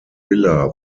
villa